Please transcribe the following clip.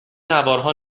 نوارها